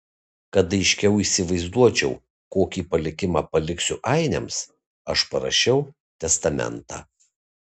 kad aiškiau įsivaizduočiau kokį palikimą paliksiu ainiams aš parašiau testamentą